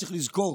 צריך לזכור